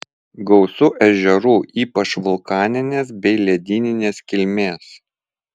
gausu ežerų ypač vulkaninės bei ledyninės kilmės